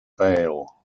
bail